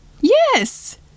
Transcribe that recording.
Yes